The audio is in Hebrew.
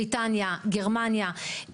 בריטניה, גרמניה.